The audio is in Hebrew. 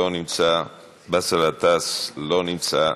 לא נמצא, באסל גטאס, לא נמצא.